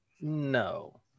no